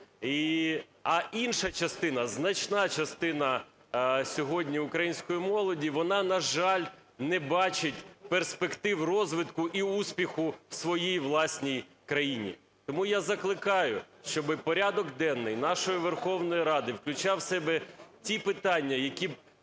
А інша частина, значна частина сьогодні української молоді, вона, на жаль, не бачить перспектив розвитку і успіху в своїй власній країні. Тому я закликаю, щоб порядок денний нашої Верховної Ради включав у себе ті питання, які